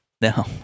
No